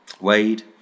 Wade